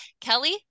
Kelly